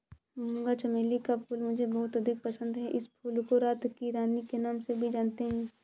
मूंगा चमेली का फूल मुझे बहुत अधिक पसंद है इस फूल को रात की रानी के नाम से भी जानते हैं